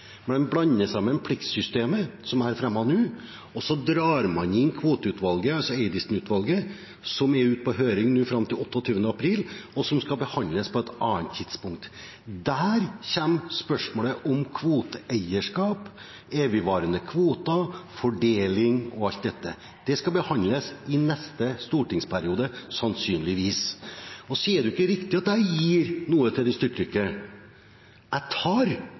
blander sammen pliktsystemet, som er fremmet nå, og så drar man inn Kvoteutvalget, altså Eidesen-utvalget, som er ute på høring nå fram til 28. april, og som skal behandles på et annet tidspunkt. Der kommer spørsmålet om kvoteeierskap, evigvarende kvoter, fordeling og alt dette. Det skal behandles i neste stortingsperiode sannsynligvis. Så er det jo ikke riktig at jeg gir noe til de styrtrike. Jeg tar